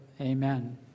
Amen